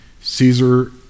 Caesar